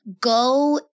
go